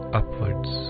upwards